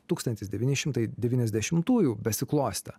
tūkstantis devyni šimtai devyniasdešimtųjų besiklostę